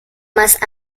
más